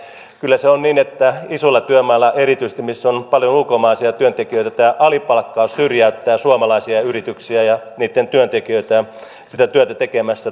kyllä se on niin että erityisesti isolla työmaalla missä on paljon ulkomaalaisia työntekijöitä tämä alipalkkaus syrjäyttää suomalaisia yrityksiä ja niitten työntekijöitä sitä työtä tekemästä